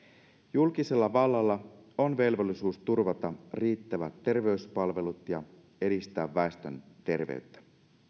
julkisella vallalla on velvollisuus turvata riittävät terveyspalvelut ja edistää väestön terveyttä